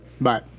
Bye